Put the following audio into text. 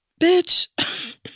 bitch